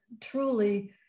truly